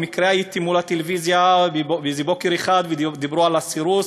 במקרה הייתי מול הטלוויזיה בוקר אחד ודיברו על הסירוס,